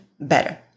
better